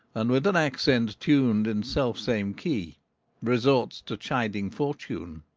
and with an accent tun'd in self-same key retorts to chiding fortune.